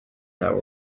that